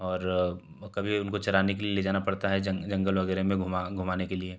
और कभी उनको चराने के लिए ले जाना पड़ता है जंगल वगैरह में घुमा घुमाने के लिए